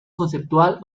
conceptual